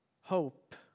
hope